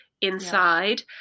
inside